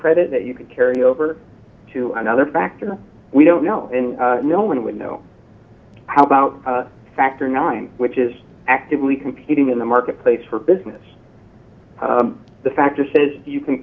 credit that you could carry over to another factor we don't know when no one would know how about factor nine which is actively competing in the marketplace for business the factor says you can